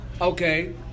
okay